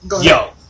Yo